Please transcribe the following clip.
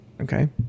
Okay